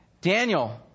Daniel